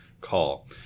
call